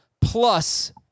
plus